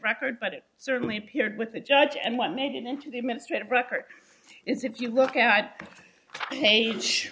record but it certainly appeared with the judge and what made it into the administrative record is if you look at